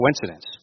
coincidence